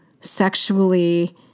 sexually